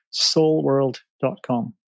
soulworld.com